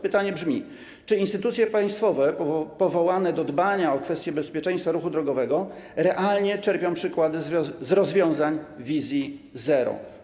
Pytanie brzmi: Czy instytucje państwowe powołane do dbania o kwestie bezpieczeństwa ruchu drogowego realnie czerpią przykłady z rozwiązań wizji zero?